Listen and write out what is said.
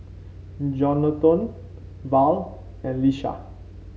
Jonathon Val and Lisha